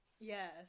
yes